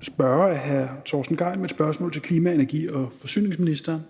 spørger er hr. Torsten Gejl med et spørgsmål til klima-, energi- og forsyningsministeren.